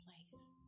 place